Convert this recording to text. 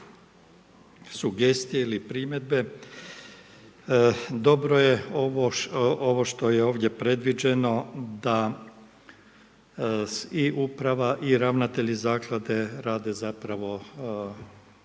sugestije ili primjedbe. Dobro je ovo što je ovdje predviđeno da i uprava i ravnatelji Zaklade rade zapravo